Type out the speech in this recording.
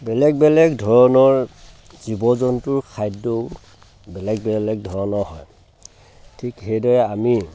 বেলেগ বেলেগ ধৰণৰ জীৱ জন্তুৰ খাদ্যও বেলেগ বেলেগ ধৰণৰ হয় ঠিক সেইদৰে আমি